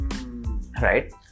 right